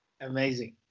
Amazing